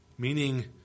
Meaning